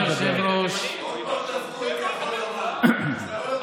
כולל גורמים שהעניין שלהם בתחום הוא